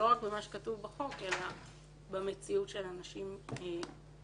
לא רק במה שכתוב בחוק אלא במציאות של אנשים וחייהם.